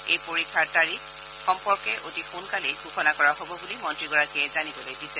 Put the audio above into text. এই পৰীক্ষাৰ তাৰিখ সম্পৰ্কে অতি সোনকালে ঘোষণা কৰা হ'ব বুলিও মন্ত্ৰীগৰাকীয়ে জানিবলৈ দিছে